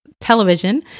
television